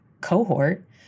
cohort